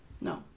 No